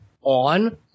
on